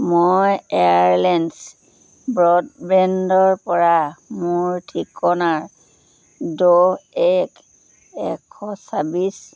মই এয়াৰলেন্স ব্ৰডবেণ্ডৰ পৰা মোৰ ঠিকনাৰ দহ এক এশ ছাব্বিছ